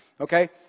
okay